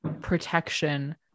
protection